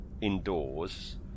indoors